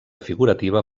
figurativa